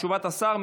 תשובת השר.